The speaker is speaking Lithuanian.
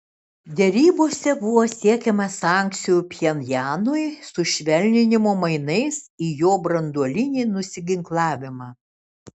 derybose buvo siekiama sankcijų pchenjanui sušvelninimo mainais į jo branduolinį nusiginklavimą